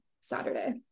Saturday